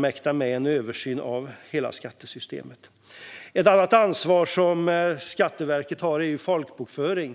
mäktar med en översyn av hela skattesystemet. Ett annat ansvar som Skatteverket har är folkbokföring.